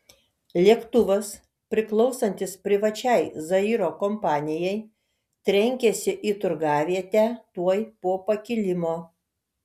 lėktuvas priklausantis privačiai zairo kompanijai trenkėsi į turgavietę tuoj po pakilimo